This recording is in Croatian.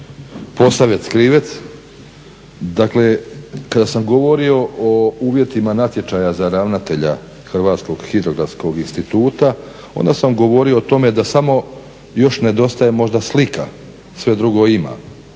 Posavec Krivec, dakle kada sam govorio o uvjetima natječaja za ravnatelja Hrvatskog hidrografskog instituta onda sam govorio o tome da samo još nedostaje možda slika, sve drugo ima.